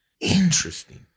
Interesting